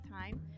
time